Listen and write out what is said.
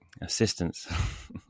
assistance